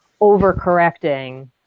overcorrecting